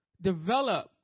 develop